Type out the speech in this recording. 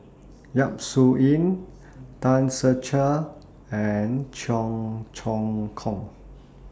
Yap Su Yin Tan Ser Cher and Cheong Choong Kong